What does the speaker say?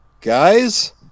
guys